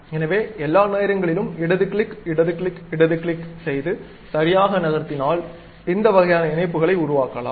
எனவே எல்லா நேரங்களிலும் இடது கிளிக் இடது கிளிக் இடது கிளிக் செய்து சரியாக நகர்த்தினால் இந்த வகையான இணைப்புகளை உருவாக்கலாம்